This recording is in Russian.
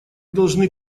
должны